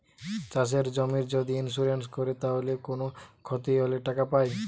চাষের জমির যদি ইন্সুরেন্স কোরে তাইলে কুনো ক্ষতি হলে টাকা পায়